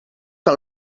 que